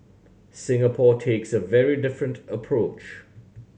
Singapore takes a very different approach